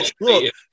look